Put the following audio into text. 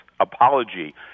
apology